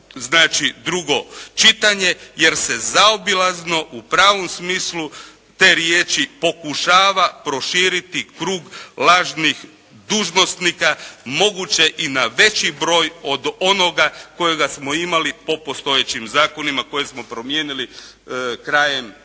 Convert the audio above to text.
drugo čitanje jer se zaobilazno u pravom smislu te riječi pokušava proširiti krug lažnih dužnosnika moguće i na veći broj od onoga kojega smo imali po postojećim zakonima koje smo promijenili krajem 2007.